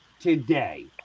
today